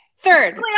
Third